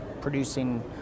producing